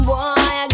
Boy